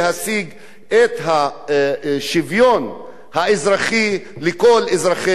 את השוויון האזרחי לכל אזרחי מדינת ישראל.